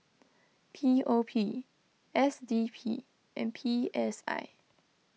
P O P S D P and P S I